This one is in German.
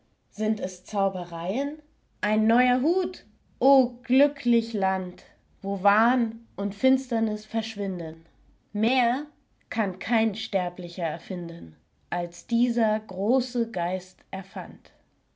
sind es zaubereien ein neuer hut o glücklich land wo wahn und finsternis verschwinden mehr kann kein sterblicher erfinden als dieser große geist erfand